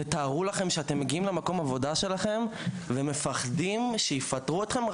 תתארו לכם שאתם מגיעים למקום העבודה שלכם ומפחדים שיפטרו אתכם,